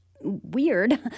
weird